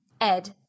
ED